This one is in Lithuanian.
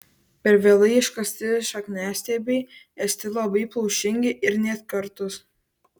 per vėlai iškasti šakniastiebiai esti labai plaušingi ir net kartūs